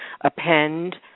append